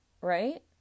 right